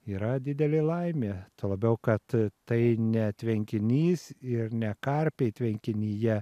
yra didelė laimė tuo labiau kad tai ne tvenkinys ir ne karpiai tvenkinyje